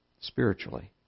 spiritually